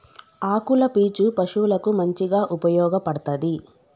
ఆకుల పీచు పశువులకు మంచిగా ఉపయోగపడ్తది